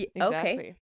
Okay